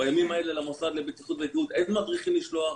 בימים האלה למוסד לבטיחות ולגיהות אין מדריכים לשלוח,